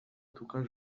tocar